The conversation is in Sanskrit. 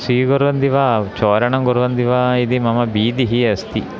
स्वीकुर्वन्ति वा चोरणं कुर्वन्ति वा इति मम भीतिः अस्ति